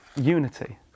Unity